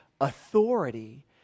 authority